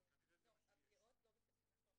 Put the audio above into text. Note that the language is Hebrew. אבל כנראה שזה מה שיש.